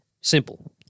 Simple